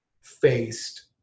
faced